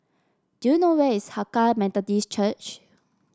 do you know where is Hakka Methodist Church